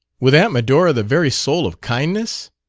with aunt medora the very soul of kindness?